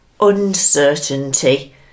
uncertainty